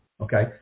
okay